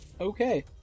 Okay